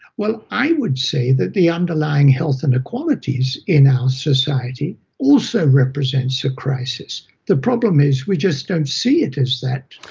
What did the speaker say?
well, i would say that the underlying health inequalities in our society also represents a crisis. the problem is we just don't see it as that.